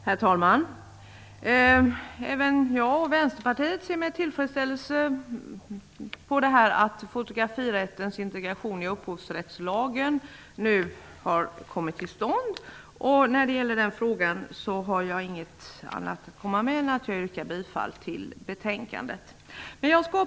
Herr talman! Även jag och Vänsterpartiet ser med tillfredsställelse att fotografirättens integration i upphovsrättslagen nu kommit till stånd. När det gäller den frågan har jag inget annat att komma med än att yrka bifall till hemställan i betänkandet.